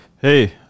Hey